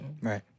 Right